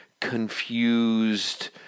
confused